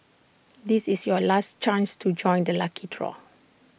this is your last chance to join the lucky draw